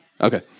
Okay